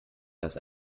dass